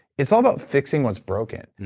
it's all about fixing what's broken. and